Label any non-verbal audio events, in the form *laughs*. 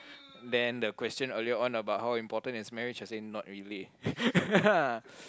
then the question earlier on about how important is marriage I say not really *laughs*